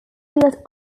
built